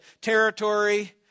territory